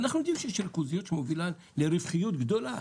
אנחנו יודעים שיש ריכוזיות שמובילה לרווחיות גדולה.